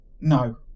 No